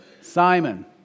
Simon